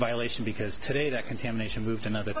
violation because today that contamination moved another